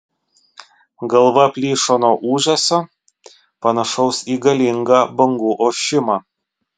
galva plyšo nuo ūžesio panašaus į galingą bangų ošimą